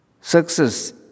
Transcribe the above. Success